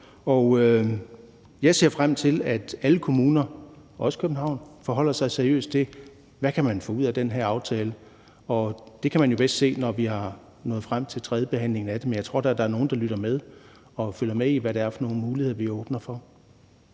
jeg ser frem til, at alle kommuner, også København, forholder sig seriøst til, hvad man kan få ud af den her aftale. Det kan man jo bedst se, når vi er nået frem til tredjebehandlingen af den, men jeg tror da, at der er nogle, der lytter med og følger med i, hvad det er for nogle muligheder, vi åbner for.